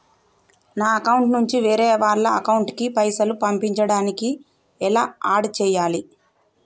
నా అకౌంట్ నుంచి వేరే వాళ్ల అకౌంట్ కి పైసలు పంపించడానికి ఎలా ఆడ్ చేయాలి?